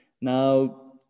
Now